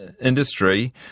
industry